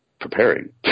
preparing